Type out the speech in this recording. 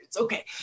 okay